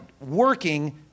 working